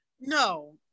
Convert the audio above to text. No